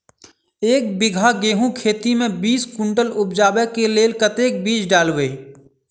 एक बीघा गेंहूँ खेती मे बीस कुनटल उपजाबै केँ लेल कतेक बीज डालबै?